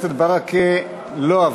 עיכוב פינוי חייב) של חבר הכנסת ברכה לא עברה.